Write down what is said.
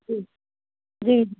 जी जी